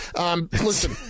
Listen